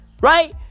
right